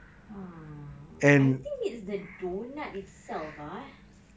uh I think it's the donut itself ah